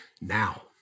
now